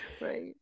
right